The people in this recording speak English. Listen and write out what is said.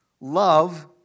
Love